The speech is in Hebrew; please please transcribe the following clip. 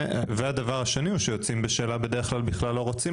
והדבר השני הוא שיוצאים בשאלה בדרך כלל בכלל לא רוצים